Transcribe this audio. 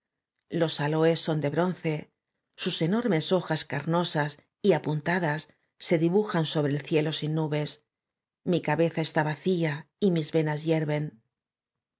m e s h o j a s carnosas y apuntadas s e dibujan sobre el cielo sin n u b e s mi c a b e z a está vacía y mis venas hierven